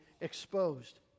exposed